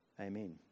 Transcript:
Amen